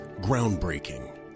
Groundbreaking